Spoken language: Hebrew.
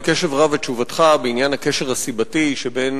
בקשב רב את תשובתך בעניין הקשר הסיבתי שבין